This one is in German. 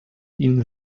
ihn